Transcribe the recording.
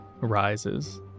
rises